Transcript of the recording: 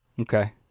Okay